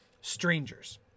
strangers